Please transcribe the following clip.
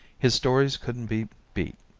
his stories couldn't be beat.